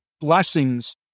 blessings